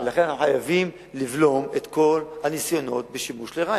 לכן אנחנו חייבים לבלום את כל הניסיונות לשימוש לרעה,